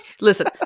Listen